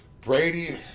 Brady